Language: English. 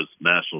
national